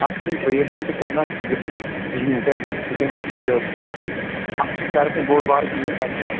اَتھ چھُنہٕ ٹریٖٹمنٹ کَرِ نہٕ اَتھ زٕ کِہیٖنۍ کیٛازِ یہِ چھُ سُہ کِنہٕ یہِ پرابلِم اَتھ چھُ ساروی کھۄتہٕ بوٚڑ بارٕ چیٖز پَرِہِیٚز